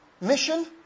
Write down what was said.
mission